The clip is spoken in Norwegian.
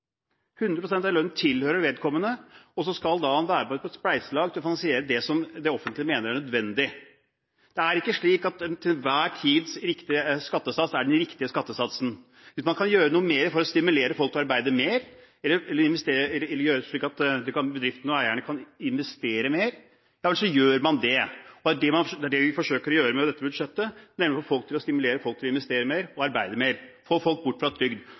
tjener sin lønn, tjener 100 pst. 100 pst. av lønnen tilhører vedkommende, og personen skal så være med på et spleiselag for å finansiere det som det offentlige mener er nødvendig. Det er ikke slik at den til enhver tids riktige skattesats er den riktige skattesatsen. Hvis man kan gjøre noe mer for å stimulere folk til å arbeide mer, eller gjøre det slik at bedriftene og eierne kan investere mer, så gjør man det. Det er det vi forsøker å gjøre med dette budsjettet, nemlig å stimulere folk til å investere mer og arbeide mer, få folk bort fra trygd.